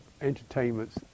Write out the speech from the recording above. entertainments